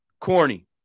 corny